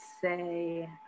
say